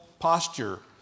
posture